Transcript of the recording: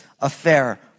affair